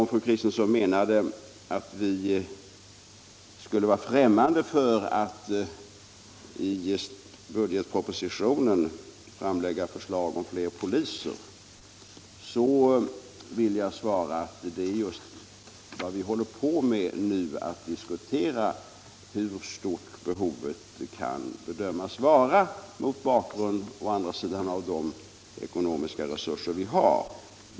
Om fru Kristensson menade att vi skulle vara främmande för att i budgetpropositionen framlägga förslag om flera poliser, vill jag svara att vi just håller på att diskutera hur stort behovet kan bedömas vara mot bakgrund av, å andra sidan, de ekonomiska resurser vi har.